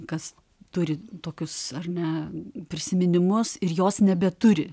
kas turi tokius ar ne prisiminimus ir jos nebeturi